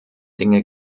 dinge